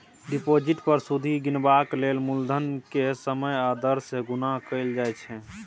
deposit पर सुदि गिनबाक लेल मुलधन केँ समय आ दर सँ गुणा कएल जाइ छै